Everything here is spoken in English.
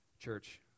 Church